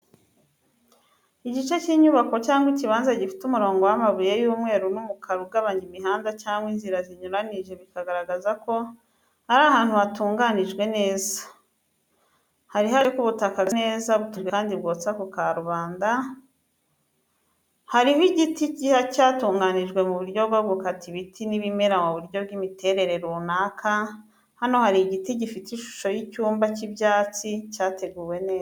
Igice cy’inyubako cyangwa ikibanza gifite umurongo w’amabuye y’umweru n’umukara ugabanya imihanda cyangwa inzira zinyuranyije bikagaragaza ko ari ahantu hatunganijwe neza. Hariho agace k’ubutaka gasa neza butunganyijwe kandi bwotsa ku karubanda, hariho igiti cyatunganyijwe mu buryo bwo gukata ibiti n’ibimera mu buryo bw’imiterere runaka, hano hari igiti gifite ishusho y’icyumba cy’ibyatsi cyateguwe neza.